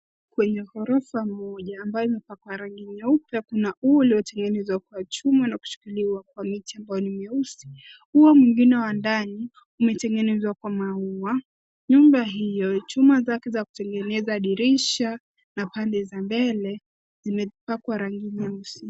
Kwenye ghorofa moja ambayo imepakwa rangi nyeupe, kuna ua uliotengenezwa kwa chuma na kushikiliwa kwa miti ambayo ni nyeusi. Ua mwingine wa ndani umetengenezwa kwa maua. Nyumba hio chuma zake za kutengeneza dirisha na pande za mbele zimepangwa rangi nyeusi.